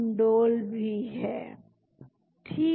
indol भी है ठीक